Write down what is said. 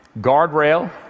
guardrail